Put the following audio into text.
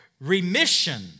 Remission